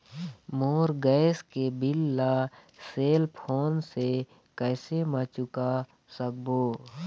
मोर gas के bill ला cell phone से कैसे म चुका सकबो?